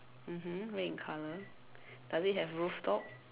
mmhmm red in colour does it have rooftop